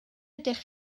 ydych